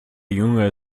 junge